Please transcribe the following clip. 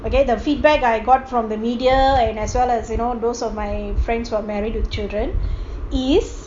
okay the feedback I got from the media and as well as you know those of my friends who are married with children is